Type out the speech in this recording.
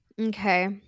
okay